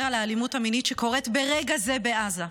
על האלימות המינית שקורית ברגע זה בעזה.